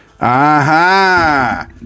Aha